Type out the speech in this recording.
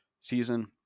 season